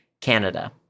Canada